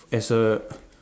as a